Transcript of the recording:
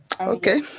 okay